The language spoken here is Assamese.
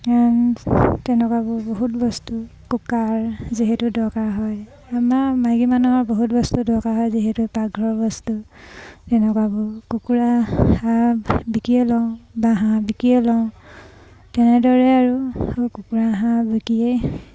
তেনেকুৱাবোৰ বহুত বস্তু কুকাৰ যিহেতু দৰকাৰ হয় আমাৰ মাইকী মানুহৰ বহুত বস্তু দৰকাৰ হয় যিহেতু পাকঘৰৰ বস্তু তেনেকুৱাবোৰ কুকুৰা হাঁহ বিকিয়েই লওঁ বা হাঁহ বিকিয়েই লওঁ তেনেদৰে আৰু কুকুৰা হাঁহ বিকিয়েই